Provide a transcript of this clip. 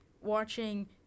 watching